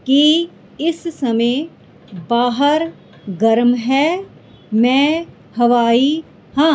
ਕੀ ਇਸ ਸਮੇਂ ਬਾਹਰ ਗਰਮ ਹੈ ਮੈਂ ਹਵਾਈ ਹਾਂ